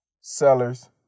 sellers